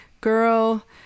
girl